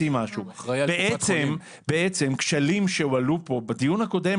בעצם כשלים שהועלו פה בדיון הקודם,